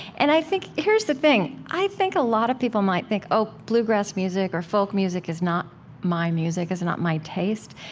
and i think here's the thing i think a lot of people might think, oh, bluegrass music or folk music is not my music, is not my taste.